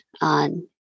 on